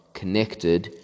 connected